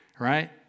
right